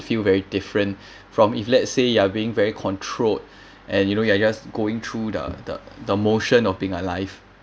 feel very different from if let's say you are being very controlled and you know you are just going through the the the motion of being alive